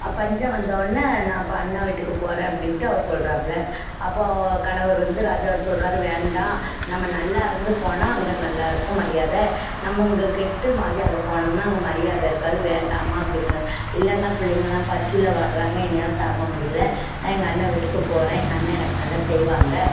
பஞ்சம் வந்தவொன்னே நான் அப்போ அண்ணா வீட்டுக்கு போகறேன் அப்படின்ட்டு அவ சொல்லுறாப்புல அப்போ அவ கணவர் வந்து ராஜா சொல்லுறாரு வேண்டாம் நம்ம நல்லா இருந்து போனால் அங்கே நல்லா இருக்கும் மரியாதை நம்ம இங்கே கெட்டு மாதி அங்கே போனோம்னா அங்கே மரியாதை இருக்காது வேண்டாம்மா அப்படிங்கிறாரு இல்லைங்க பிள்ளைங்களாம் பசியில வாட்டுறாங்க என்னையால தாங்க முடியலை நான் எங்கள் அண்ணன் வீட்டுக்கு போகறேன் எங்கள் அண்ணன் எனக்கு நல்லா செய்வாங்க